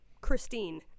Christine